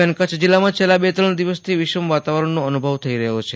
દરમ્યાન કચ્છ જિલ્લામાં બે ત્રણ દિવસથી વિષમ વાતાવરણનો અનુભવ થઈ રહ્યો છે